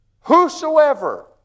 Whosoever